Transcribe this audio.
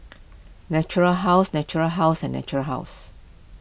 Natura House Natura House and Natura House